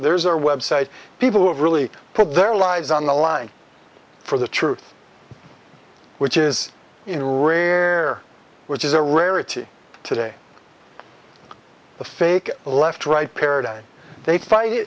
there's our website people who have really put their lives on the line for the truth which is in rare which is a rarity today the fake left right paradigm they fight